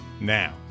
now